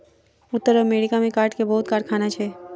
उत्तर अमेरिका में काठ के बहुत कारखाना छै